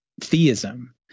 theism